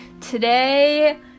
today